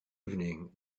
evening